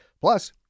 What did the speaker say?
Plus